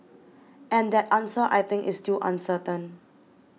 and that answer I think is still uncertain